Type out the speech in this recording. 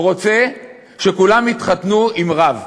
רוצה שכולם יתחתנו עם רב.